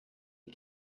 die